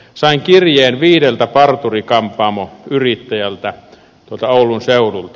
sain kirjeen viideltä parturi kampaamoyrittäjältä tuolta oulun seudulta